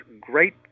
great